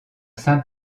saint